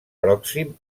pròxim